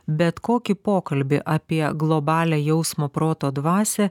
bet kokį pokalbį apie globalią jausmo proto dvasią